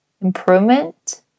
improvement